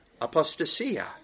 apostasia